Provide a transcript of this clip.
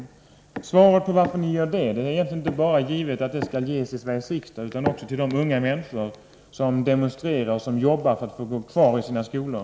Det är inte bara givet att svaret på frågan varför ni gör detta skall ges i Sveriges riksdag, utan det skall också ges till de unga människor som demonstrerar och jobbar för att få gå kvar i sina skolor.